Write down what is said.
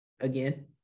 again